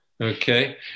okay